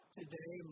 today